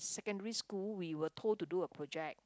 secondary school we were told to do a project